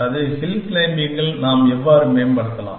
அது ஹில் க்ளைம்பிங்கில் நாம் எவ்வாறு மேம்படுத்தலாம்